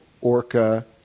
Orca